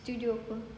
studio apa